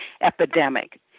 epidemic